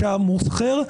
המוכר,